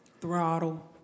Throttle